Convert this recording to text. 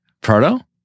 Proto